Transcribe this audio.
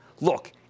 Look